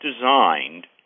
designed